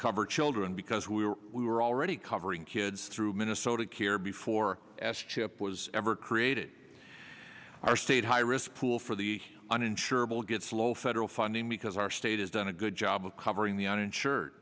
cover children because we were we were already covering kids through minnesota care before s chip was ever created our state high risk pool for the uninsured will get slow federal funding because our state has done a good job of covering the uninsured